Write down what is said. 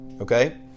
Okay